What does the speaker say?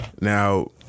Now